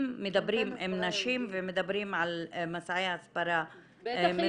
אם מדברים עם נשים ומדברים על מסעי הסברה ממשלתיים -- בטח